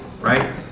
Right